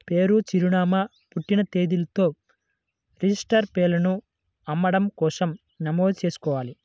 పేరు, చిరునామా, పుట్టిన తేదీలతో రిజిస్టర్డ్ షేర్లను అమ్మడం కోసం నమోదు చేసుకోవాలి